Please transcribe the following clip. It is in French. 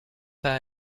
pas